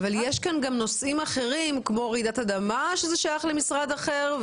אבל יש כאן גם נושאים אחרים כמו רעידת אדמה ששייך למשרד אחר,